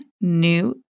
new